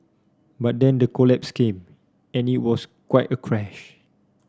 but then the collapse came and it was quite a crash